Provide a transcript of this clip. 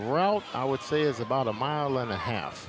route i would say is about a mile and a half